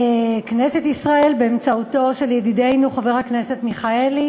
כנסת ישראל באמצעות ידידנו חבר הכנסת מיכאלי